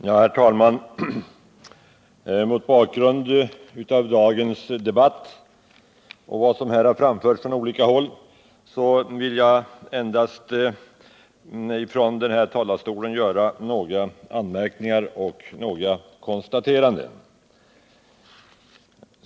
Herr talman! Mot bakgrund av dagens debatt och vad som här har framförts från olika håll vill jag från denna talarstol endast göra några anmärkningar och några konstateranden.